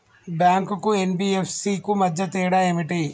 Bank కు NBFC కు మధ్య తేడా ఏమిటి?